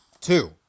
two